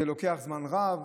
זה לוקח זמן רב,